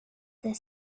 this